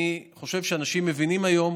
אני חושב שאנשים מבינים היום